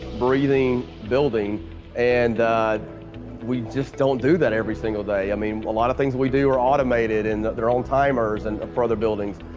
breathing, building and we just don't do that every single day. i mean a lot of things that we do are automated and they're on timers and for other buildings.